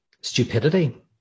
stupidity